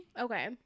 okay